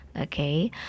okay